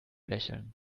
lächeln